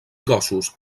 gossos